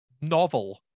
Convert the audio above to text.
novel